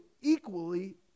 equally